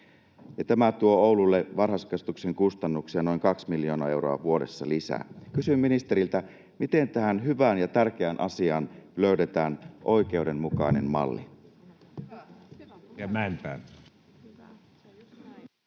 Tämä tuo Oululle varhaiskasvatuksen kustannuksia noin 2 miljoonaa euroa vuodessa lisää. Kysyn ministeriltä: miten tähän hyvään ja tärkeään asiaan löydetään oikeudenmukainen malli?